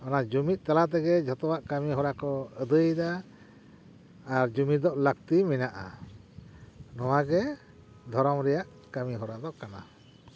ᱚᱱᱟ ᱡᱩᱢᱤᱫ ᱛᱟᱞᱟ ᱛᱮᱜᱮ ᱡᱷᱚᱛᱚᱣᱟᱜ ᱠᱟᱹᱢᱤ ᱦᱚᱨᱟ ᱠᱚ ᱟᱹᱫᱟᱹᱭᱫᱟ ᱟᱨ ᱡᱩᱢᱤᱫᱚᱜ ᱞᱟᱹᱠᱛᱤ ᱢᱮᱱᱟᱜᱼᱟ ᱱᱚᱣᱟᱜᱮ ᱫᱷᱚᱨᱚᱢ ᱨᱮᱭᱟᱜ ᱠᱟᱹᱢᱤ ᱦᱚᱨᱟ ᱫᱚ ᱠᱟᱱᱟ